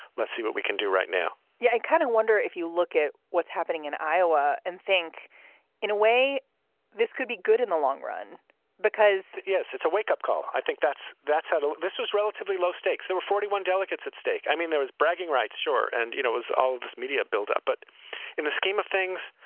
let's see what we can do right now yeah, i and kind of wonder if you look at what's happening in iowa and think in a way this could be good in the long run because, yes, it's a wakeup call i think that's that's how this was relatively low stakes. there were forty one delegates at stake. i mean, there was bragging rights. sure. and you know it was all of this media buildup. but in the scheme of things,